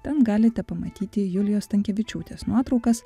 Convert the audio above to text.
ten galite pamatyti julijos stankevičiūtės nuotraukas